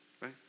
right